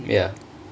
ya